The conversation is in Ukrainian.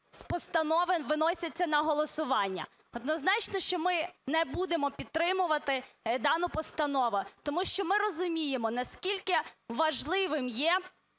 постанови виносяться на голосування. Однозначно, що ми не будемо підтримувати дану постанову. Тому що ми розуміємо, наскільки важливим є